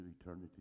eternity